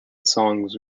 songs